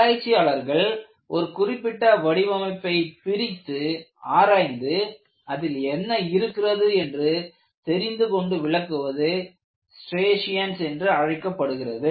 ஆராய்ச்சியாளர்கள் ஒரு குறிப்பிட்ட வடிவமைப்பை பிரித்து ஆராய்ந்து அதில் என்ன இருக்கிறது என்று தெரிந்து கொண்டு விளக்குவது ஸ்ட்ரியேஷன்ஸ் என்று அழைக்கப்படுகிறது